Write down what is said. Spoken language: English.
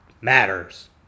matters